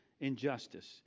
injustice